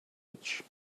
edge